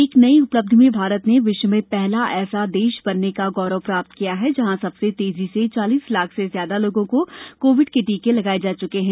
एक नई उपलब्धि में भारत ने विश्व में पहला ऐसा देश बनने का गौरव प्राप्त किया है जहां सबसे तेजी से चालीस लाख से ज्यादा लोगों को कोविड के टीके लगाए जा च्के हैं